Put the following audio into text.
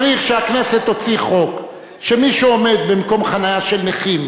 צריך שהכנסת תוציא חוק שמי עומד במקום חנייה של נכים